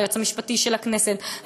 והיועץ המשפטי של הכנסת,